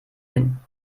nehmen